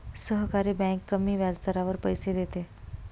सहकारी बँक कमी व्याजदरावर पैसे देते